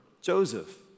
Joseph